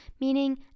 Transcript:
meaning